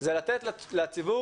היא לתת לציבור